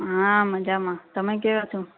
હા મજામાં તમે કેવા છો